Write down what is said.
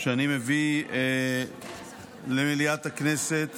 שאני מביא למליאת הכנסת